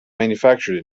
manufactured